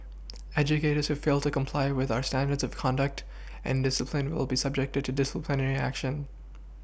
educators who fail to comply with our standards of conduct and discipline will be subjected to disciplinary action